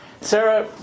Sarah